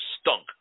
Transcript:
stunk